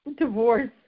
Divorce